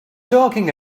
talking